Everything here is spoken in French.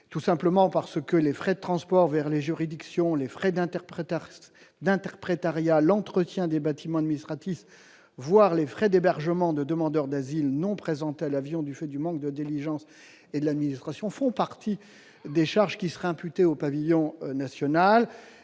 tout simplement parce que les frais de transport vers les juridictions, les frais d'interprètes artistes d'interprétariat, l'entretien des bâtiments administratifs, voir les frais d'hébergement de demandeurs d'asile non présentait à l'avion, du fait du manque de diligence et de l'administration font partie des charges qui serait imputée au pavillon national